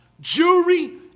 jury